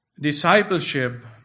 discipleship